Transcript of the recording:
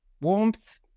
warmth